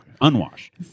Unwashed